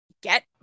get